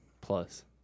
plus